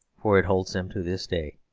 for it holds them to this day.